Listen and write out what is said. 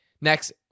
next